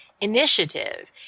initiative